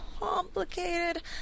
complicated